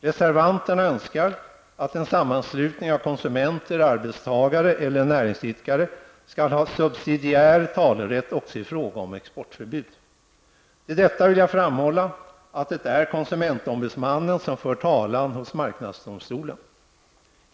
Reservanterna önskar att en sammanslutning av konsumenter, arbetstagare eller näringsidkare skall ha subsidiär talerätt också i frågor om exportförbud. Till detta vill jag framhålla att det är konsumentombudsmannen som för talan hos marknadsdomstolen.